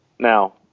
Now